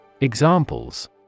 Examples